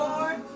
Lord